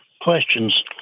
questions